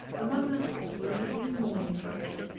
among others were evening and morning prayers,